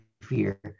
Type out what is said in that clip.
fear